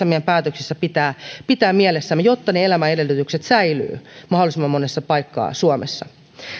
meidän päätöksissämme pitää pitää mielessä jotta ne elämän edellytykset säilyvät mahdollisimman monessa paikassa suomessa